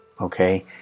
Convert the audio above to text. Okay